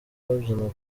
babyina